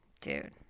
Dude